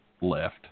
left